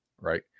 right